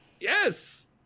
Yes